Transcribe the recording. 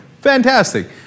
fantastic